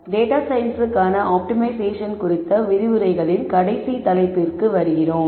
data சயின்ஸ்க்கான optimisation குறித்த விரிவுரைகளின் கடைசி தலைப்புக்கு வருகிறோம்